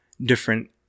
different